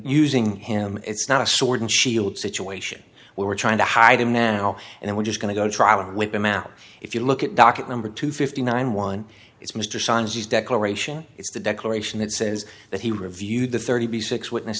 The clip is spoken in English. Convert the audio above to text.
using him it's not a sword and shield situation where we're trying to hide him now and then we're just going to go to trial and whip him out if you look at docket number two fifty nine one is mr signs his declaration is the declaration that says that he reviewed the thirty six witness